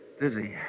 dizzy